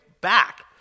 back